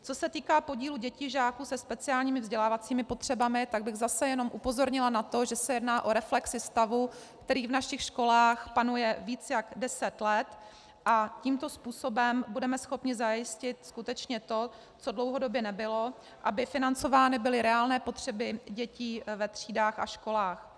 Co se týká podílu dětí, žáků se speciálními vzdělávacími potřebami, tak bych zase jenom upozornila na to, že se jedná o reflexi stavu, který v našich školách panuje více než deset let, a tímto způsobem budeme schopni zajistit skutečně to, co dlouhodobě nebylo, aby financovány byly reálné potřeby dětí ve třídách a školách.